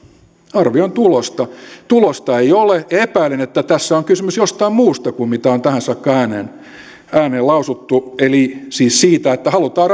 arvioin tulosta ja tulosta ei ole ja epäilen että tässä on kysymys jostain muusta kuin mitä on tähän saakka ääneen ääneen lausuttu eli siis siitä että halutaan